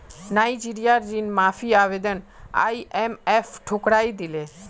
नाइजीरियार ऋण माफी आवेदन आईएमएफ ठुकरइ दिले